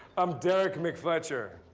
i'm derrick mcfletcher,